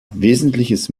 wesentliches